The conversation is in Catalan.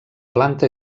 planta